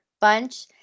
bunch